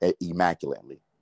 immaculately